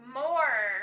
more